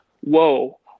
whoa